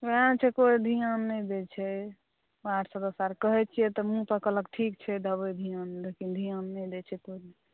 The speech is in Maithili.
वएह छै कोई ध्यान नहि दै छै हमरा सभक सरकार कहै छियै तऽ कहै छै मुँह पर ठीक छै देबै ध्यान लेकिन ध्यान नहि दै छै